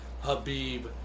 Habib